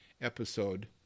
episode